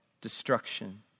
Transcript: destruction